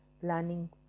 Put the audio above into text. planning